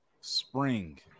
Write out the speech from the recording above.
spring